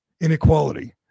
inequality